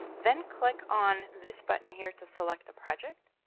then click on this button here to select the project,